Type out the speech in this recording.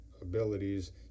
abilities